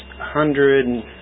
hundred